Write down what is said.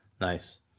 Nice